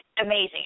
amazing